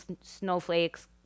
snowflakes